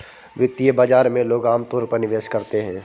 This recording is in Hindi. वित्तीय बाजार में लोग अमतौर पर निवेश करते हैं